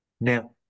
Now